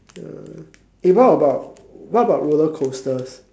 uh eh what about what about roller coasters